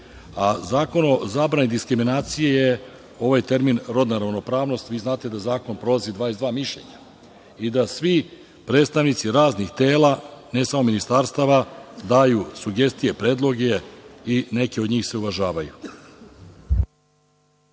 o zabrani diskriminacije ovaj termin „rodna ravnopravnost“, znate da zakon prolazi 22 mišljenja i da svi predstavnici raznih tela, ne samo ministarstava, daju sugestije, predloge i neke od njih se uvažavaju.